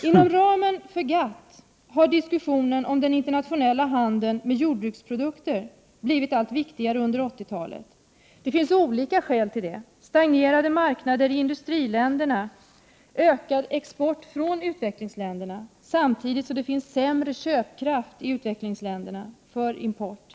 Inom ramen för GATT har diskussionen om den internationella handeln med jordbruksprodukter blivit allt viktigare under 1980-talet. Det finns olika skäl till det: stagnerande marknader i industriländerna och ökad export från utvecklingsländerna. Men samtidigt är köpkraften sämre i utvecklingsländerna i fråga om importen.